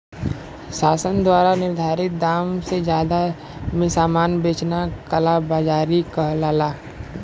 शासन द्वारा निर्धारित दाम से जादा में सामान बेचना कालाबाज़ारी कहलाला